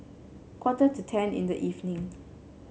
quarter to ten in the evening